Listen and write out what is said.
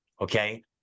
Okay